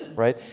right?